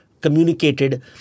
communicated